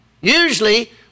Usually